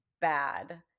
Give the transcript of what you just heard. bad